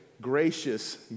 gracious